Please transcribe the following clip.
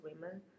women